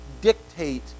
dictate